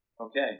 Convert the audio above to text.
Okay